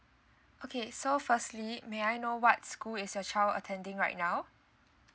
okay so firstly may I know what school is your child attending right now